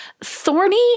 thorny